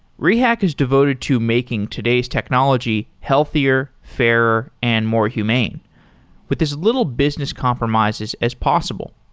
rehack is devoted to making today's technology healthier, fairer and more humane with as little business comprises as possible.